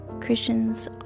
Christians